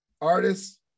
Artists